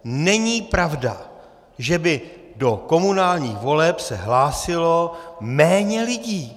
Není pravda, že by do komunálních voleb se hlásilo méně lidí.